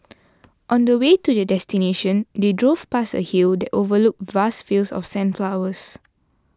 on the way to their destination they drove past a hill that overlooked vast fields of sunflowers